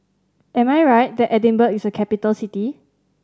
am I right that Edinburgh is a capital city